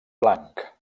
blanc